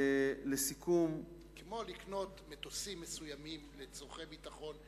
לסיכום זה כמו לקנות מטוסים מסוימים לצורכי ביטחון,